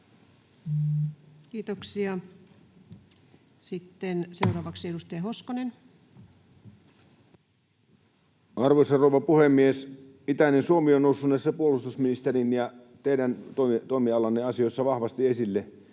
Kiitoksia. — Sitten seuraavaksi edustaja Hoskonen. Arvoisa rouva puhemies! Itäinen Suomi on noussut näissä puolustusministerin ja teidän toimialanne asioissa vahvasti esille.